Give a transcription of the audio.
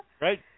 Right